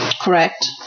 Correct